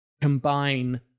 combine